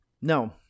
no